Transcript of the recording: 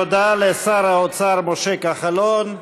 תודה לשר האוצר משה כחלון.